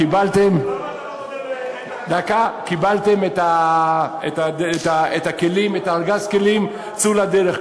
קיבלתם את הכלים, את ארגז הכלים, צאו לדרך.